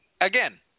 Again